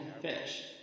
fish